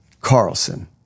Carlson